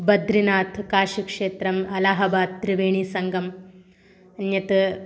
बद्रिनाथः काशीक्षेत्रम् अलहाबाद् त्रिवेणीसङ्गमः अन्यत्